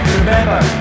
Remember